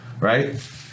Right